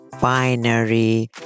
binary